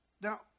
Now